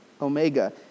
Omega